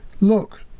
Look